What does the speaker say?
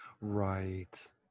Right